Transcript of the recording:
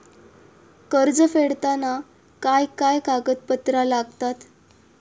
कर्ज फेडताना काय काय कागदपत्रा लागतात?